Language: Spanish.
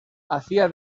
hacía